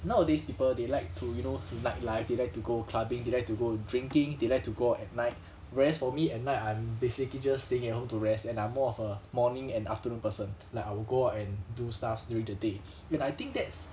nowadays people they like to you know nightlife they like to go clubbing they like to go drinking they like to go out at night whereas for me at night I'm basically just staying at home to rest and I'm more of a morning and afternoon person like I will go and do stuffs during the day and I think that's